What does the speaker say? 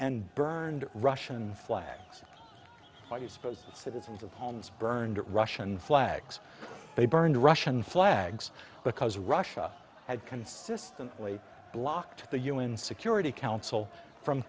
and burned russian flags why you suppose citizens of homes burned russian flags they burned russian flags because russia had consistently blocked the u n security council from